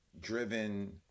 driven